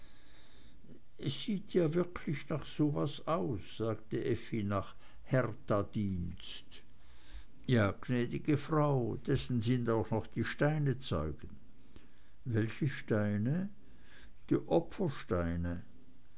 es sieht wirklich nach so was aus sagte effi nach herthadienst ja gnäd'ge frau dessen sind auch noch die steine zeugen welche steine die